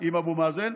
עם אבו מאזן,